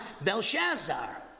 Belshazzar